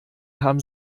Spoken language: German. haben